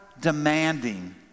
demanding